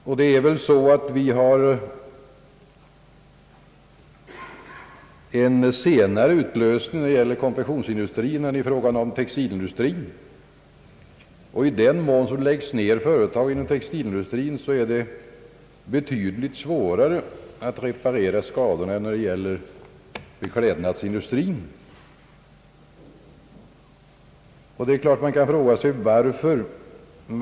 Man kan väl säga att det är en senare utlösning för konfektionsindustrin än för textilindustrin, och när textilföretag läggs ned är det betydligt svårare att reparera skadorna än då det gäller beklädnadsindustrin.